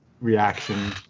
reaction